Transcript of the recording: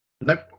Nope